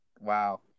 wow